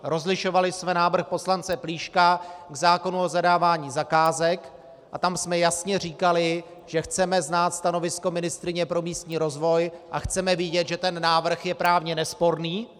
Rozlišovali jsme návrh poslance Plíška k zákonu o zadávání zakázek a tam jsme jasně říkali, že chceme znát stanovisko ministryně pro místní rozvoj a chceme vědět, že návrh je právně nesporný.